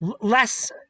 Less